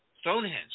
Stonehenge